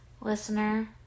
listener